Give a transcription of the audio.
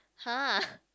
!huh!